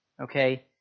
okay